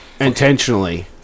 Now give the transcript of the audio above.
Intentionally